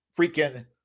freaking